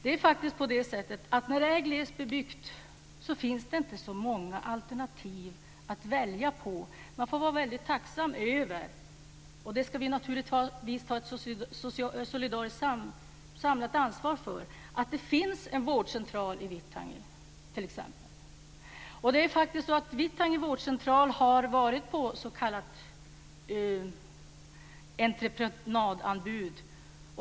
När det är glest bebyggt finns det faktiskt inte så många alternativ att välja mellan. Man får vara väldigt tacksam över, och det ska vi naturligtvis ta ett solidariskt och samlat ansvar för, att det finns en vårdcentral i t.ex. Vittangi. Det är faktiskt så att Vittangi vårdcentral har varit föremål för entreprenadanbud.